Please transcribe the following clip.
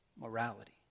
morality